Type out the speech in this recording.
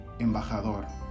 Embajador